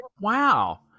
Wow